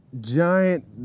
giant